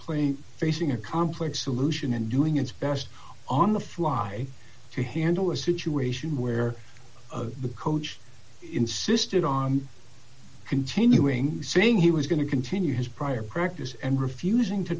playing facing a complex solution and doing its best on the fly to handle a situation where the coach insisted on continuing saying he was going to continue his prior practice and refusing to